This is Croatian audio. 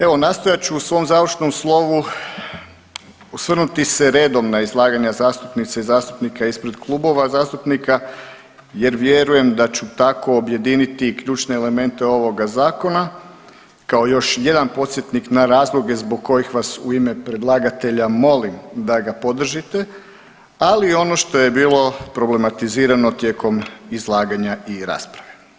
Evo nastojat ću u svom završnom slovu osvrnuti se redom na izlaganja zastupnica i zastupnika ispred klubova zastupnika jer vjerujem da ću tako objediniti ključne elemente ovoga zakona kao još jedan podsjetnik na razloge zbog kojih vas u ime predlagatelja molim da ga podržite, ali ono što je bilo problematizirano tijekom izlaganja i rasprave.